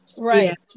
Right